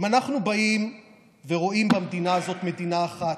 אם אנחנו באים ורואים במדינה הזאת מדינה אחת,